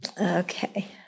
Okay